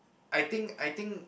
I think I think